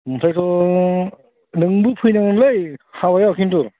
ओमफ्रायथ' नोंबो फैनांगोनलै हाबायाव खिन्थु